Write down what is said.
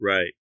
Right